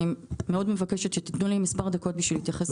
אני מאוד מבקשת שתיתנו לי מספר דקות בשביל להתייחס.